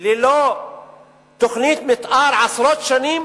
ללא תוכנית מיתאר עשרות שנים?